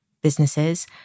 businesses